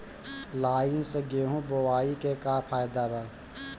Line से गेहूं बोआई के का फायदा बा?